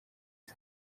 saa